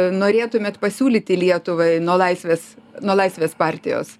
norėtumėt pasiūlyti lietuvai nuo laisvės nuo laisvės partijos